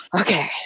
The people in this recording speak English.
okay